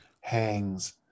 hangs